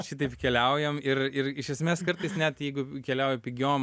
šitaip keliaujam ir ir iš esmės kartais net jeigu keliauji pigiom